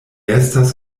estas